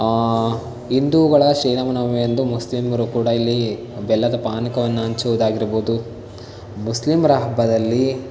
ಹಿಂದೂಗಳ ಶ್ರೀರಾಮನವಮಿ ಎಂದು ಮುಸ್ಲಿಮರೂ ಕೂಡ ಇಲ್ಲಿ ಬೆಲ್ಲದ ಪಾನಕವನ್ನು ಹಂಚೋದು ಆಗಿರ್ಬೋದು ಮುಸ್ಲಿಮರ ಹಬ್ಬದಲ್ಲಿ